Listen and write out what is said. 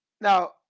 Now